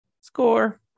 score